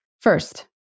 First